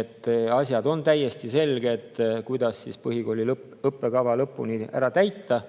et asjad oleks täiesti selged, kuidas põhikooli õppekava lõpuni ära täita.